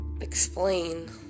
explain